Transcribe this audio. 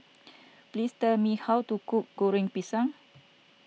please tell me how to cook Goreng Pisang